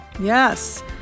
Yes